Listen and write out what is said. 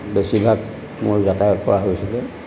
বেছিভাগ মোৰ যাতায়ত কৰা হৈছিলে